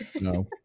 No